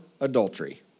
adultery